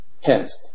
Hence